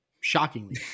Shockingly